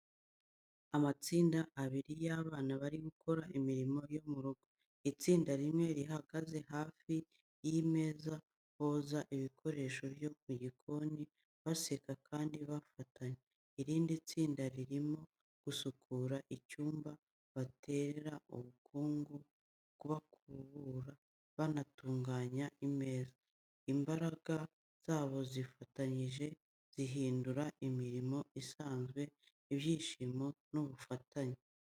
Amatsinda abiri y’abana bari gukora imirimo yo mu rugo. Itsinda rimwe rihagaze hafi y’imeza, boza ibikoresho byo mu gikoni, baseka kandi bafatanya. Irindi tsinda ririmo gusukura icyumba—baterera umukungugu, bakubura, banatunganya imeza. Imbaraga zabo zifatanyije zihindura imirimo isanzwe ibyishimo n’ubufatanye.